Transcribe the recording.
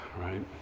right